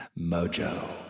Mojo